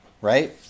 Right